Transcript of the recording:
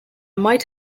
might